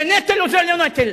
זה נטל או זה לא נטל?